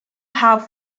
have